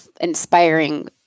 inspiring